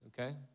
Okay